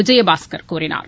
விஜயபாஸ்கர் கூறினார்